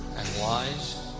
lies?